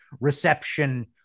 reception